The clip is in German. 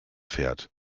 fährt